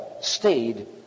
stayed